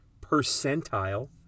percentile